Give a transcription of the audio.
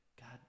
god